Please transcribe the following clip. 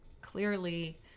clearly